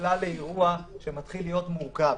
נקלע לאירוע שמתחיל להיות מורכב,